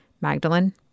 Magdalene